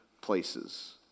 places